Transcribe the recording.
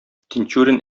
тинчурин